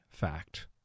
fact